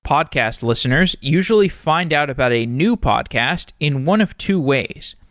podcast listeners usually find out about a new podcast in one of two ways,